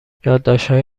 یادداشتهای